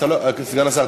סגן השר,